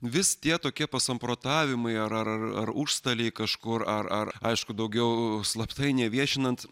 vis tie tokie pasamprotavimai ar ar užstalėje kažkur ar ar aišku daugiau slaptai neviešinant